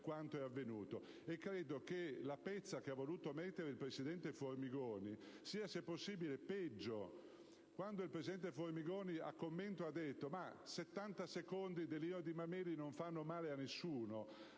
quanto è avvenuto. Credo che la pezza che ha voluto mettere il presidente Formigoni sia, se possibile, peggio. Quando il presidente Formigoni a commento ha detto che 70 secondi dell'inno di Mameli non fanno male a nessuno,